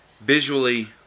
visually